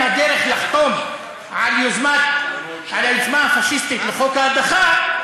הדרך לחתום על היוזמה הפאשיסטית לחוק ההדחה,